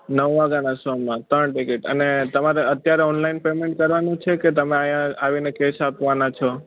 નવ વાગ્યાના શોમાં ત્રણ ટિકિટ અને તમારે અત્યારે ઓનલાઇન પેમેન્ટ કરવાનું છે કે તમે અહીંયા આવીને કેશ આપવાના છો